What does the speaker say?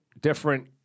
different